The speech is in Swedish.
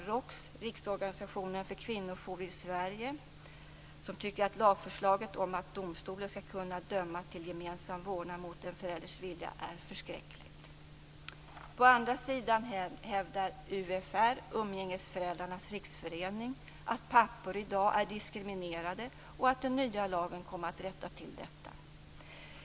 ROKS, Riksorganisationen för kvinnojourer i Sverige, tycker att lagförslaget om att domstolen skall kunna döma till gemensam vårdnad mot en förälders vilja är förskräckligt. På andra sidan hävdar UFR, Umgängesföräldrarnas riksförening, att papporna i dag är diskriminerade och att den nya lagen kommer att rätta till detta.